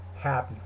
happy